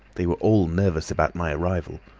they were all nervous about my arrival,